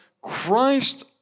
Christ